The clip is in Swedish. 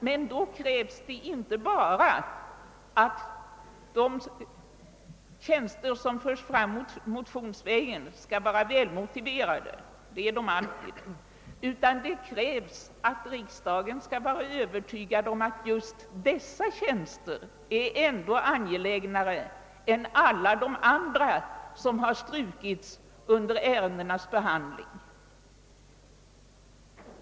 Men för detta krävs inte bara att de tjänster som förs fram motionsvägen skall vara välmotiverade — det är de alltid — utan även att riksdagen skall vara övertygad om att just dessa tjänster är ännu angelägnare än alla de andra, som har strukits under ärendenas tidigare behandling.